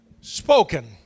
spoken